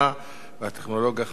חברת הכנסת רונית תירוש.